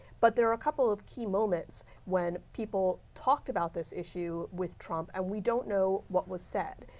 but there were a couple of key moments when people talked about this issue with trump and we don't know what was said.